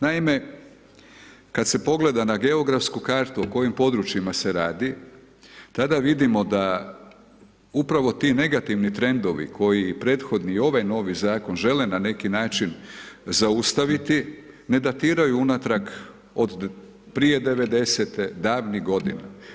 Naime, kada se pogleda na geografsku kartu o kojim područjima se radi tada vidimo da upravo ti negativni trendovi koji i prethodni i ovaj novi zakon žele na neki način zaustaviti ne datiraju unatrag od prije '90,-te davnih godina.